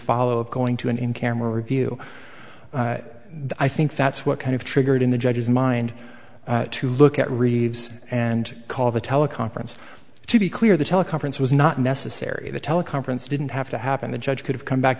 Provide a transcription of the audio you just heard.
follow going to an in camera view i think that's what kind of triggered in the judge's mind to look at reeves and call the teleconference to be clear the teleconference was not necessary the teleconference didn't have to happen the judge could have come back